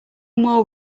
more